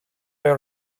your